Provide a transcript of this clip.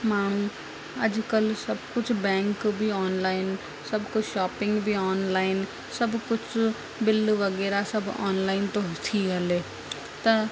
माण्हू अॼुकल्ह सभु कुझु बैंक बि ऑनलाइन सभु कुझु शॉपिंग बि ऑनलाइन सभु कुझु बिल वग़ैरह सभु ऑनलाइन थो थी हले त